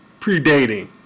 predating